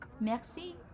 Merci